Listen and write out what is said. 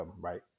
right